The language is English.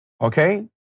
Okay